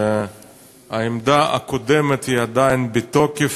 שהעמדה הקודמת עדיין בתוקף,